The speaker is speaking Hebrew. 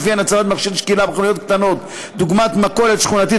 שלפיהן הצבת מכשיר שקילה בחנויות קטנות דוגמת מכולת שכונתית